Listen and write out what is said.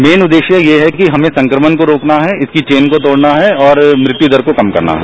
man उद्देश्य यह है कि हमें संक्रमण को रोकना है इसकी चेन को तोड़ना है और मृत्युदर को कम करना है